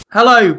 Hello